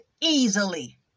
easily